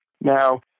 Now